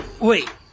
Wait